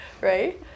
Right